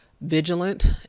vigilant